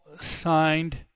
signed